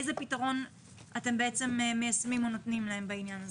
איזה פתרון אתם מיישמים או נותנים להם בעניין הזה?